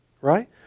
right